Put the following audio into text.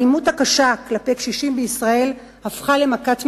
האלימות הקשה כלפי קשישים בישראל הפכה למכת מדינה.